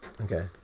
Okay